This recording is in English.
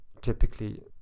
typically